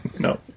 No